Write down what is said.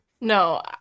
No